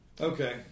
Okay